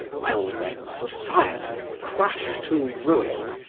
well, then, society, crash to ruin!